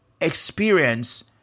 experience